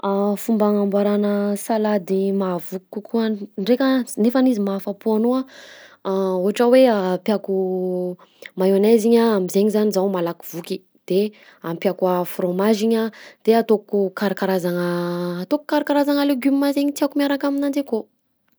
Fomba agnamboarana salady mahavoky kokoa ndraika s- nefany izy mahafa-po anao a: ohatra hoe ampiako mayonnaise igny a am'zaigny zany zaho malaky voky, de ampiako a- fromage igny a de ataoko karakarazagnà ataoko karakarazagna legioma zaigny tiako miaraka aminanjy akao.